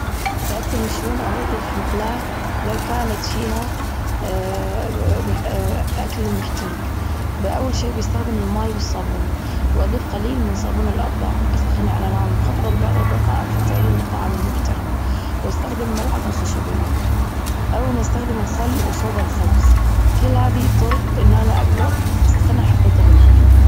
سألتني شلون أنظف مقلاة لو كانت فيها أكل محترج. بأول شي بستخدم الماي والصابون وأظيف قليل من صابون الأطباق، أسخنه على نار منخفضة لبعض الدقائق حتى يلين الطعام المحترج وأستخدم ملعقة خشبية او نستخدم الخل وصودا الخبز كل هذة الطرق إنها لأجدر أسخنها حتى تغلي.